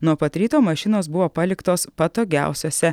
nuo pat ryto mašinos buvo paliktos patogiausiose